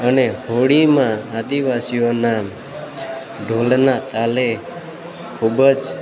અને હોળીમાં આદિવાસીઓના ઢોલના તાલે ખૂબ જ